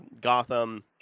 Gotham